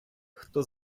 хто